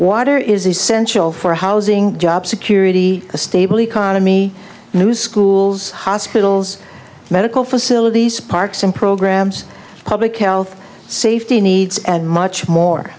water is essential for housing job security a stable economy new schools hospitals medical for cilla these parks and programs public health safety needs and much more